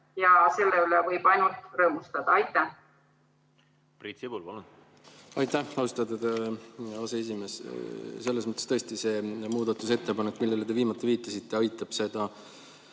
ja selle üle võib ainult rõõmustada. Priit Sibul, palun! Aitäh, austatud aseesimees! Selles mõttes tõesti see muudatusettepanek, millele te viimati viitasite, aitab seda